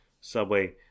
subway